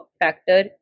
factor